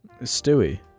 Stewie